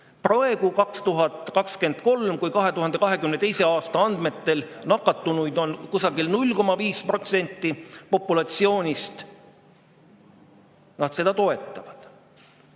Praegu, 2023, kui 2022. aasta andmetel on nakatunud kusagil 0,5% populatsioonist, nad seda toetavad.